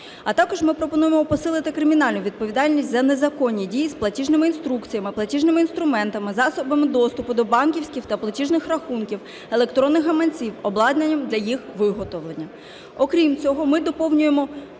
А також ми пропонуємо посилити кримінальну відповідальність за незаконні дії з платіжними інструкціями, платіжними інструментами, засобами доступу до банківських та платіжних рахунків, електронних гаманців, обладнання для їх виготовлення. Окрім цього, ми доповнюємо